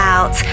Out